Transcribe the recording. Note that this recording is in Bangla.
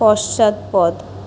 পশ্চাৎপদ